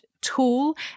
tool